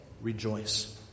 rejoice